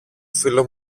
φίλο